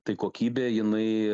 tai kokybė jinai